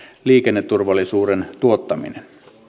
liikenneturvallisuuden tuottaminen